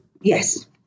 Yes